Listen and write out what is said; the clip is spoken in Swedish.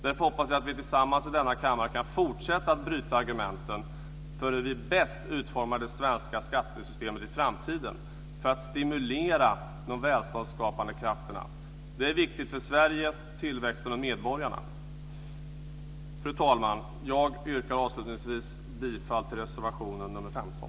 Därför hoppas jag att vi tillsammans i denna kammare kan fortsätta att bryta argumenten för hur vi bäst utformar det svenska skattesystemet i framtiden för att stimulera de välståndsskapande krafterna. Det är viktigt för Sverige, för tillväxten och för medborgarna. Fru talman! Jag yrkar avslutningsvis bifall till reservation nr 15.